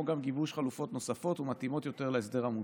כמו גם גיבוש חלופות נוספות ומתאימות יותר להסדר המוצע.